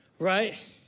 right